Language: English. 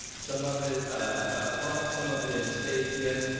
some of it up front, some of it in estate gifts.